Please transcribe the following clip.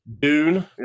Dune